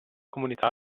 comunità